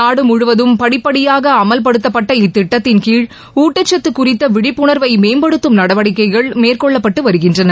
நாடு முழுவதும் படிப்படியாக அமல்படுத்தப்பட்ட இத்திட்டம் ஊட்டச்சத்து குறித்த விழிப்புனர்வை மேம்படுத்தும் நடவடிக்கைகள் மேற்கொள்ளப்பட்டு வருகின்றன